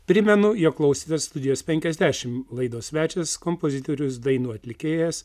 primenu jog klausėtės studijos penkiasdešim laidos svečias kompozitorius dainų atlikėjas